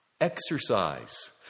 exercise